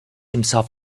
himself